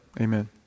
amen